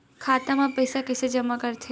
खाता म पईसा कइसे जमा करथे?